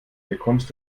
bekommst